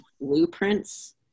blueprints